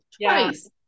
twice